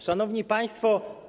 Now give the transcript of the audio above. Szanowni Państwo!